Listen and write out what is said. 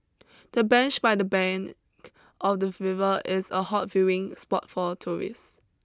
the bench by the bank of the river is a hot viewing spot for tourists